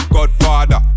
Godfather